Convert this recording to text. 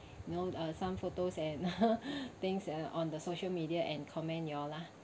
you know uh some photos and things uh on the social media and comment you all lah